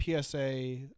PSA